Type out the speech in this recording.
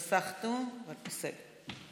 פסחנו, אבל בסדר.